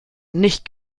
nicht